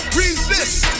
resist